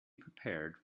prepared